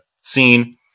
scene